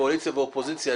קואליציה ואופוזיציה,